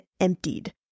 emptied